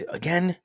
again